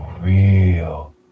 real